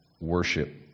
worship